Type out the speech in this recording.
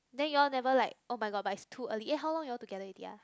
then you all never like oh-my-god but it's too early eh how long you all together already ah